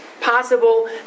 possible